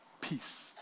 peace